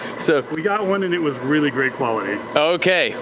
so we got one and it was really great quality. okay,